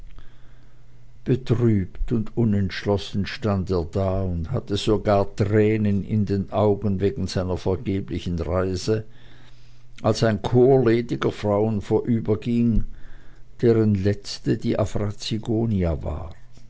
betrübt und unentschlossen stand er da und hatte sogar tränen in den augen wegen seiner vergeblichen reise als ein chor lediger frauen vorüberging deren letzte die afra zigonia war